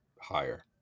higher